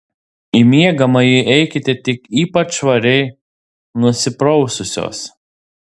į miegamąjį eikite tik ypač švariai nusipraususios